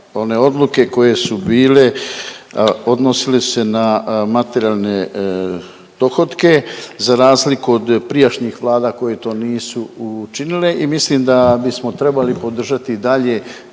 one odluke koje su bile, odnosile su se na materijalne dohotke za razliku od prijašnjih Vlada koje to nisu učinile. I mislim da bismo trebali podržati i dalje